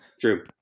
True